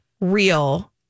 real